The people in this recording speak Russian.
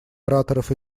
ораторов